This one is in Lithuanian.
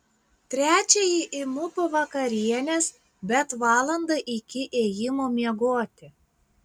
trečiąjį imu po vakarienės bet valandą iki ėjimo miegoti